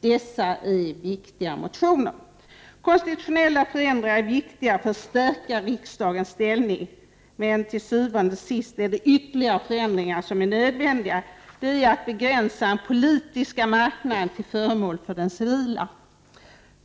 Dessa är viktiga motioner. Konstitutionella förändringar är viktiga för att stärka riksdagens ställning, men till syvende och sist är det ytterligare förändringar som är nödvändiga — att begränsa den politiska marknaden till förmån för det ”civila”